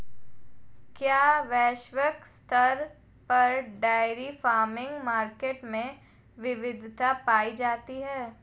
क्या वैश्विक स्तर पर डेयरी फार्मिंग मार्केट में विविधता पाई जाती है?